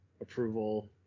approval